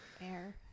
air